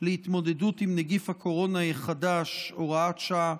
להתמודדות עם נגיף הקורונה החדש (הוראת שעה),